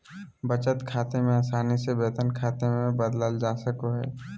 बचत खाते के आसानी से वेतन खाते मे बदलल जा सको हय